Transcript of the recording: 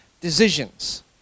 decisions